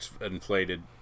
inflated